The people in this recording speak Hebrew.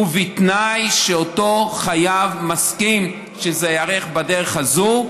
ובתנאי שאותו חייב מסכים שזה ייערך בדרך הזו.